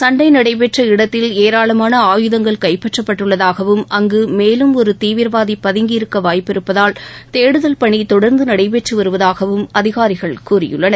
சண்டை நடைபெற்ற இடத்தில் ஏராளமான ஆயுதங்கள் கைப்பற்றப்பட்டுள்ளதாகவும் அங்கு மேலும் ஒரு தீவிரவாதி பதுங்கி இருக்க வாய்ப்பிருப்பதால் தேடுதல் பணி தொடர்ந்து நடைபெற்று வருவதாகவும் அதிகாரிகள் கூறியுள்ளனர்